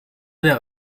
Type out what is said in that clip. der